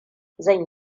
zan